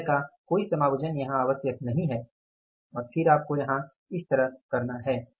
अपव्यय का कोई समायोजन यहाँ आवश्यक नहीं है और फिर आपको यहाँ इस तरह करना है